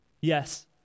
yes